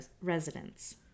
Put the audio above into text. residents